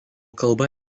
kalba